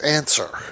answer